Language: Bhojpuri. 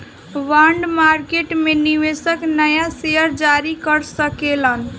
बॉन्ड मार्केट में निवेशक नाया शेयर जारी कर सकेलन